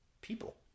people